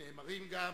נאמרים גם